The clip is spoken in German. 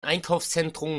einkaufszentrum